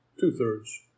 two-thirds